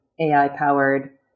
AI-powered